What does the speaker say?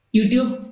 YouTube